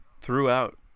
throughout